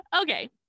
Okay